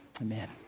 Amen